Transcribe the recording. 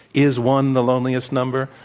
is one the loneliest number?